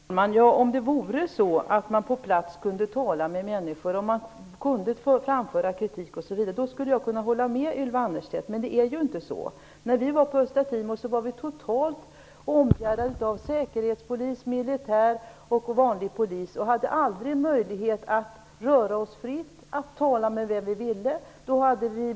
Herr talman! Om det vore så att man på plats kunde tala med människor och framföra kritik skulle jag kunna hålla med Ylva Annerstedt, men det är ju inte så. När vi var på Östra Timor var vi totalt omgärdade av säkerhetspolis och vanlig polis. Vi hade aldrig möjlighet att röra oss fritt eller tala med vem vi ville.